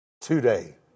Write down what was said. today